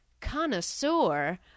connoisseur